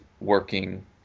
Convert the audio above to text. working